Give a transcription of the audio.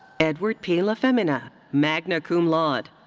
edward p. lafemina, magna cum laude.